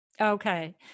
Okay